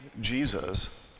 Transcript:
Jesus